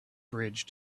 bridge